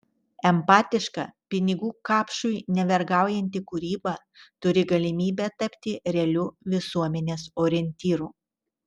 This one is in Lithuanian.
empatiška pinigų kapšui nevergaujanti kūryba turi galimybę tapti realiu visuomenės orientyru